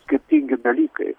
skirtingi dalykai